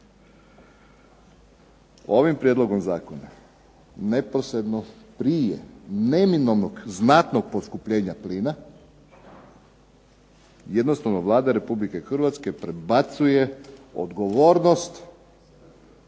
Ovim prijedlogom zakona neposredno prije neminovnog, znatnog poskupljenja plina jednostavno Vlada Republike Hrvatske prebacuje odgovornost